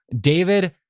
David